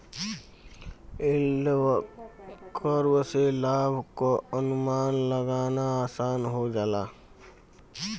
yield curve से लाभ क अनुमान लगाना आसान हो जाला